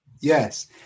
Yes